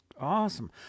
Awesome